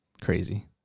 crazy